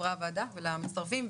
לחברי הוועדה ולמשתתפים.